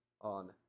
on